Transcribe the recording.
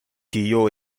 tio